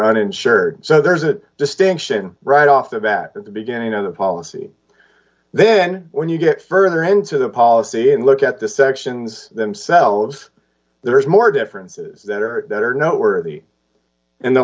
uninsured so there is a distinction right off the bat at the beginning of the policy then when you get further into the policy and look at the sections themselves there is more differences that are better noteworthy in the